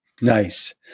Nice